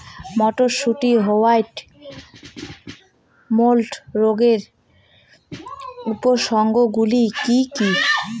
মটরশুটির white mould রোগের উপসর্গগুলি কী কী?